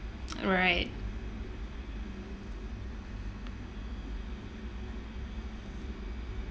right